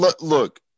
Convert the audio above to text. Look